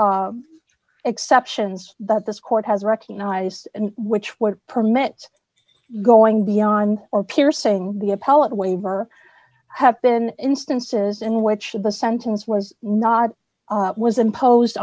exceptions that this court has recognized and which would permit going beyond or piercing the appellate waiver have been instances in which the sentence was not was imposed